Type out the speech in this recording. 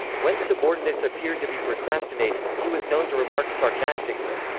when subordinates appeared to be procrastinating, he was known to remark sarcastically,